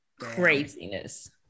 Craziness